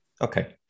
Okay